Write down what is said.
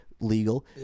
legal